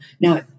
Now